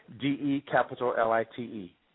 D-E-Capital-L-I-T-E